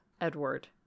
Edward